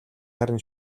харин